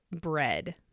bread